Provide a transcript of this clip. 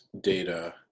data